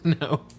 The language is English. No